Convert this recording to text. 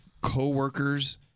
coworkers